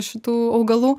šitų augalų